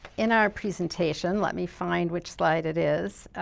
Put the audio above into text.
in our presentation, let me find which slide it is.